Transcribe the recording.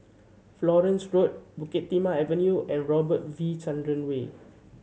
Florence Road Bukit Timah Avenue and Robert V Chandran Way